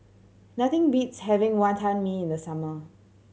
nothing beats having Wantan Mee in the summer